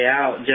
out